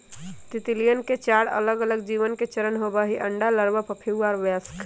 तितलियवन के चार अलगअलग जीवन चरण होबा हई अंडा, लार्वा, प्यूपा और वयस्क